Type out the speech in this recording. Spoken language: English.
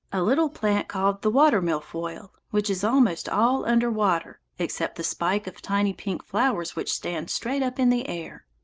a little plant called the water-milfoil, which is almost all under water, except the spike of tiny pink flowers which stands straight up in the air.